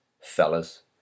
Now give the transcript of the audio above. fellas